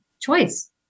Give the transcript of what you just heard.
choice